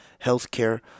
Healthcare